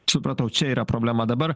supratau čia yra problema dabar